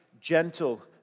gentle